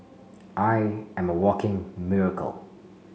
I am a walking miracle